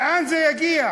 לאן זה יגיע?